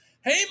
Hey